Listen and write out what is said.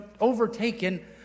overtaken